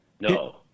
No